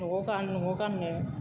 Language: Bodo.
न'आव गाननो